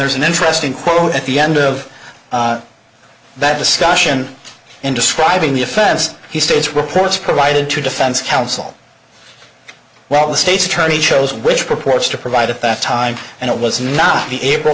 there's an interesting quote at the end of that discussion and describing the offense he states reports provided to defense counsel well the state's attorney chose which purports to provide at that time and it was not the april